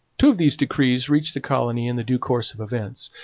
two of these decrees reached the colony in the due course of events.